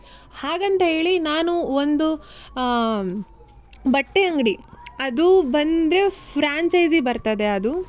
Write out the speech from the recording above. ಹಾಗಂತ್ಹೇಳಿ ನಾನು ಒಂದು ಬಟ್ಟೆ ಅಂಗಡಿ ಅದು ಬಂದು ಫ್ರಾಂಚೈಸಿ ಬರ್ತದೆ ಅದು